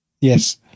Yes